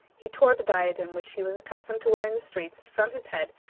he tore the diadem which he was accustomed to wear in the streets, from his head,